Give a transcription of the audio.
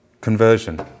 conversion